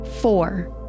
Four